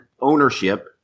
ownership